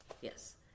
Yes